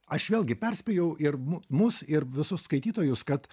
aš vėlgi perspėjau ir mus ir visus skaitytojus kad